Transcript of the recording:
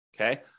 okay